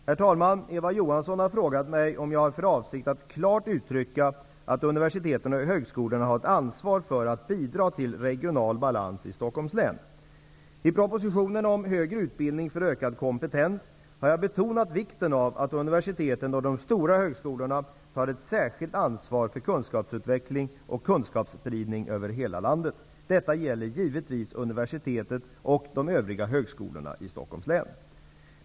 Herr talman! Eva Johansson har frågat mig om jag har för avsikt att klart uttrycka att universiteten och högskolorna har ett ansvar för att bidra till regional balans i Stockholms län. I propositionen om Högre utbildning för ökad kompetens har jag betonat vikten av att universiteten och de stora högskolorna tar ett särskilt ansvar för kunskapsutveckling och kunskapsspridning över hela landet. Detta gäller givetvis även universitetet och de övriga högskolorna i Stockholms län.